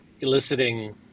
eliciting